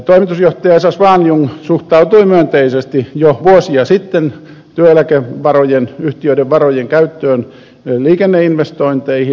toimitusjohtaja esa swanljung suhtautui myönteisesti jo vuosia sitten työeläkeyhtiöiden varojen käyttöön liikenneinvestointeihin